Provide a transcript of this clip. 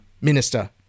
Minister